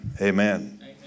Amen